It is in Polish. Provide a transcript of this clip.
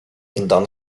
dan